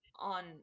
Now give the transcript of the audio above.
on